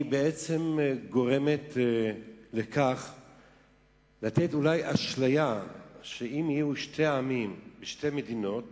אולי נותנת את האשליה שאם יהיו שני עמים ושתי מדינות